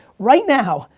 right now,